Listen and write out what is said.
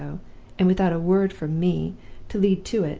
and without a word from me to lead to it,